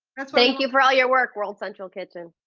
thank you for all your work world central kitchen.